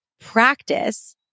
practice